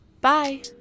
Bye